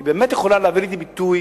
היא באמת יכולה להביא לידי ביטוי